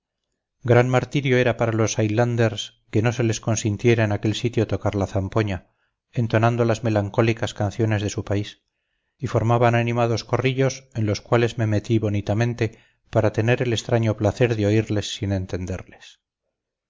gran martirio era para los highlanders que no se les consintiera en aquel sitio tocar la zampoña entonando las melancólicas canciones de su país y formaban animados corrillos en los cuales me metí bonitamente para tener el extraño placer de oírles sin entenderles